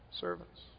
servants